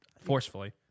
forcefully